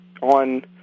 on